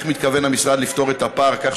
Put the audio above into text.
איך מתכוון המשרד לפתור את הפער כך